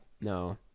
no